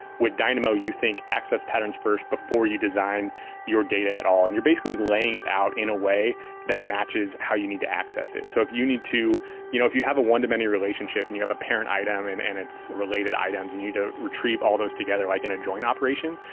with dynamo, you think access patterns first before you design your data at all, and you're basically laying it out in a way that matches how you need to access it. so if you need to you know if you have a one-to-many relationship and you have a parent item and and its related items, and you need to retrieve all those together like in a join operation.